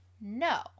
No